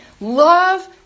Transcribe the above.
Love